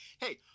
Hey